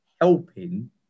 helping